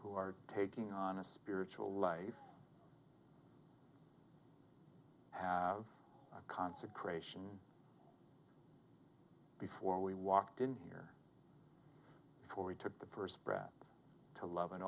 who are taking on a spiritual life have consecration before we walked in here before we took the first breath to love